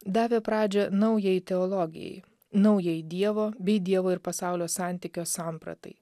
davė pradžią naujai ideologijai naujai dievo bei dievo ir pasaulio santykio sampratai